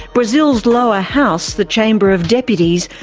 brazil's lower house, the chamber of deputies,